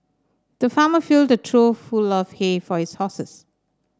the farmer filled a trough full of hay for his horses